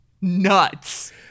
nuts